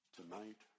Tonight